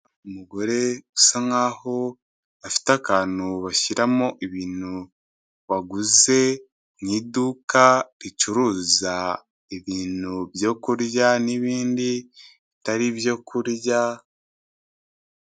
Umugore usa nkaho afite akantu bashyiramo ibintu waguze mu iduka ricuruza ibintu byo kurya n'ibindi bitari byokurya.